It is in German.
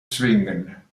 zwingen